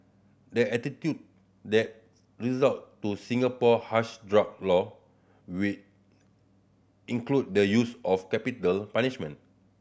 they the result to Singapore harsh drug law which include the use of capital punishment